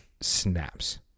snaps